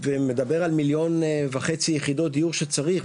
ומדבר על 1.5 מיליון יחידות דיור שצריך,